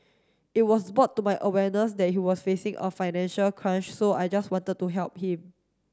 it was bought to my awareness that he was facing a financial crunch so I just wanted to help him